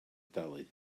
dalu